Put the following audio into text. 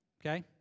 Okay